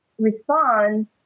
respond